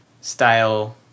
style